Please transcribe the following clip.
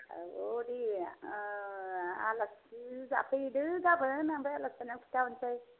औऔ दे आलासि जाफैदो गाबोन ओमफाय आलासि जानायाव खिन्था हरसै